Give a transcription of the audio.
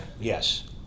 yes